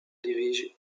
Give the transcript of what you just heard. dirige